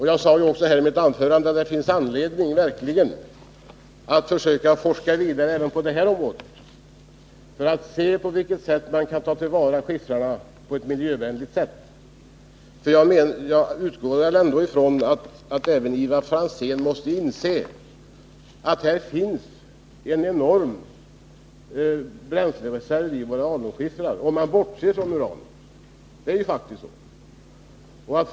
Jag sade ju också i mitt anförande här att det verkligen finns anledning att forska vidare på det området för att se hur man skall kunna ta till vara skiffrarna på ett miljövänligt sätt. Därvid utgår jag från att också Ivar Franzén måste inse att det finns en enorm bränslereserv i våra alunskiffrar, även om man bortser från uranet. Det är faktiskt så.